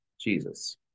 jesus